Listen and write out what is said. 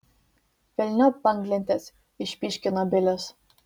velniop banglentes išpyškino bilis